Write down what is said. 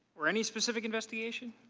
or any specific investigation?